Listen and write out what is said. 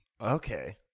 Okay